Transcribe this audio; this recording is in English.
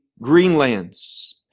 greenlands